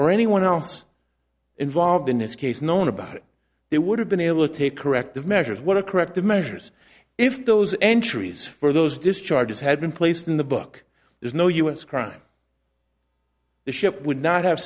or anyone else involved in this case known about it they would have been able to take corrective measures what a corrective measures if those entries for those discharges had been placed in the book there's no u s crime the ship would not have